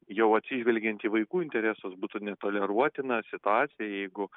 jau atsižvelgiant į vaikų interesus būtų netoleruotina situacija jeigu